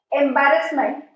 embarrassment